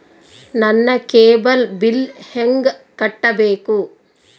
ನನ್ನ cable bill ಹೆಂಗ ಕಟ್ಟಬೇಕು?